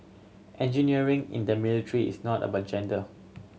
engineering in the military is not about gender